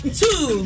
two